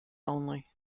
only